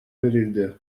verildi